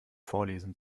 vorlesen